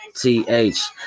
TH